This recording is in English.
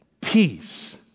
peace